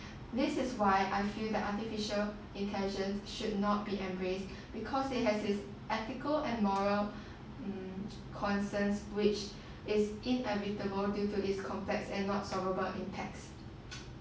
this is why I feel that artificial intelligence should not be embraced because they have this ethical and moral mm concerns which is inevitable due to its complex and not solvable impact